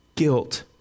Guilt